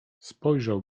spojrzał